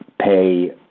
pay